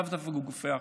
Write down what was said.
לאו דווקא גופי האכיפה,